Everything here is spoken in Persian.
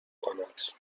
کند